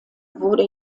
wurde